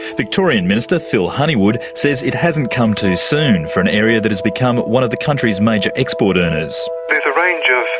victorian minister phil honeywood says it hasn't come too soon for an area that has become one of the country's major export earners. there's a range of